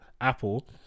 apple